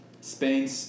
Spain